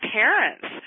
parents